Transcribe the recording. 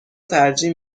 ترجیح